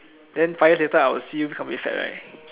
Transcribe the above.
then five years later I will see you right